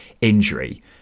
injury